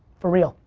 for real,